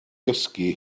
gysgu